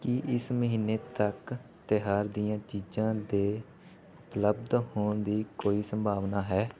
ਕੀ ਇਸ ਮਹੀਨੇ ਤੱਕ ਤਿਉਹਾਰ ਦੀਆਂ ਚੀਜ਼ਾਂ ਦੇ ਉਪਲੱਬਧ ਹੋਣ ਦੀ ਕੋਈ ਸੰਭਾਵਨਾ ਹੈ